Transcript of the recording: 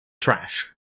trash